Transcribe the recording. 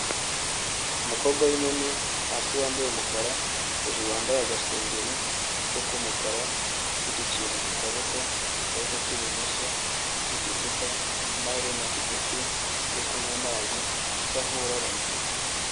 Umukobwa w'inkumi hasi wambaye umukara, hejuru wambaye agasengeri nako k'umukara, ufite ikintu ku kaboko, akaboko k'ibumoso ufite icupa n'amaherena ku gutwi uri kunywa amazi asa nk'uraramye